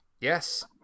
Yes